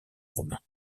romains